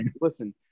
listen